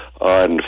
on